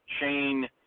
chain